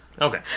Okay